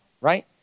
Right